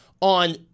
on